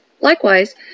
Likewise